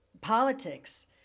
politics